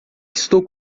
estou